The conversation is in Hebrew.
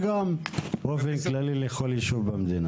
וגם באופן כללי לכל יישוב במדינה.